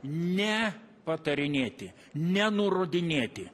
ne patarinėti nenurodinėti